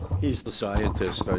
he's the scientist.